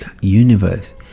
universe